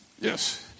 Yes